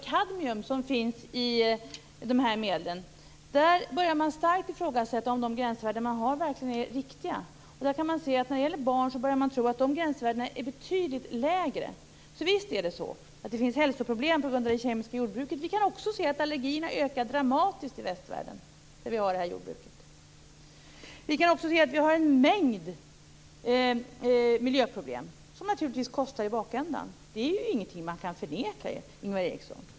Kadmium finns i dessa medel. Nu börjar man starkt ifrågasätta om de gränsvärden som finns verkligen är riktiga. Nu börjar man tro att dessa gränsvärden borde vara betydligt lägre för barn. Visst är det så att det finns hälsoproblem på grund av det kemiska jordbruket. Allergierna ökar ju också dramatiskt i västvärlden där vi har det här jordbruket. Vi har en mängd miljöproblem som naturligtvis kostar i slutändan. Det är ingenting man kan förneka, Ingvar Eriksson.